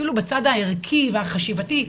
אפילו בצד הערכי והחשיבתי,